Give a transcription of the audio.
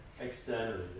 externally